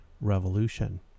revolution